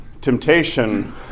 Temptation